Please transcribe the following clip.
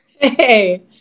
Hey